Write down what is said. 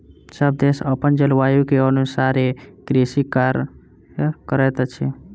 सभ देश अपन जलवायु के अनुसारे कृषि कार्य करैत अछि